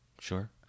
Sure